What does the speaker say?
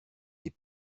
des